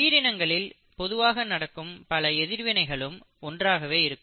உயிரினங்களில் பொதுவாக நடக்கும் பல எதிர்வினைகளும் ஒன்றாகவே இருக்கும்